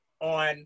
on